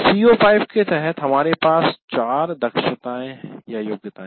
CO5 के तहत हमारे पास 4 दक्षताएं योग्यताए हैं